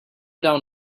down